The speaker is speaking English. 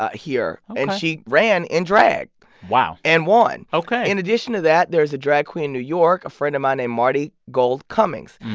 ah here. and she ran in drag wow and won ok in addition to that there's a drag queen in new york, a friend of mine named marti gould cummings.